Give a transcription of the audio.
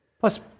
Plus